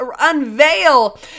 unveil